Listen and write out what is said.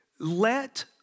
Let